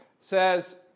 says